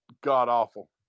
god-awful